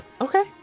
Okay